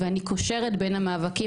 ואני קושרת בין המאבקים.